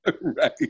Right